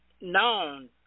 known